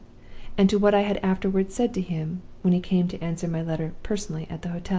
and to what i had afterward said to him, when he came to answer my letter personally at the hotel.